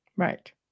Right